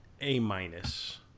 A-minus